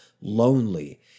lonely